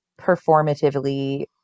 performatively